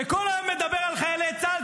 שכל היום מדבר על חיילי צה"ל,